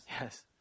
Yes